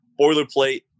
boilerplate